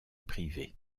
privée